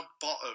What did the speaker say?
bottom